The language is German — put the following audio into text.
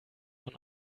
von